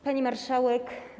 Pani Marszałek!